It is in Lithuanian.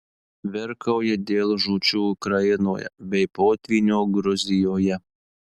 virkauja dėl žūčių ukrainoje bei potvynio gruzijoje